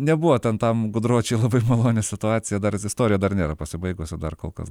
nebuvo ten tam gudročiui labai maloni situacija istorija dar nėra pasibaigusi dar kol kas